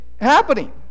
happening